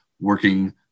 working